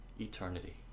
eternity